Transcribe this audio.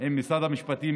עם משרד המשפטים,